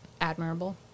admirable